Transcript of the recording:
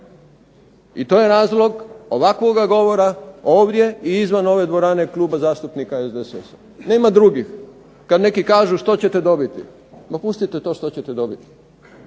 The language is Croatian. I to je razlog ovakvoga govora ovdje i izvan ove dvorane Kluba zastupnika SDSS-a. Nema drugih. Kad neki kažu što ćete dobiti? Ma pustite to što ćete dobiti.